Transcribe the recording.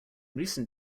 recent